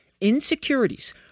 Insecurities